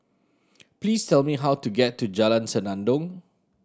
please tell me how to get to Jalan Senandong